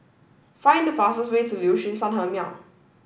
find the fastest way to Liuxun Sanhemiao